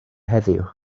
heddiw